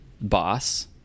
boss